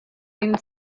been